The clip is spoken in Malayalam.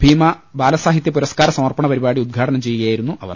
ഭീമ ബാലസാഹിത്യ പുരസ്കാര സമർപ്പണ പരിപാടി ഉദ്ഘാടനം ചെയ്യുക യായിരുന്നു അവർ